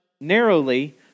narrowly